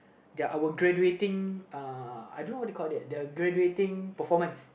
their our graduating uh I dunno what you call it their graduating performance